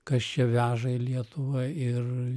kas čia veža į lietuvą ir